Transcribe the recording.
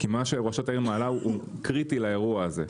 כי מה שראשת העיר מעלה הוא קריטי לאירוע הזה,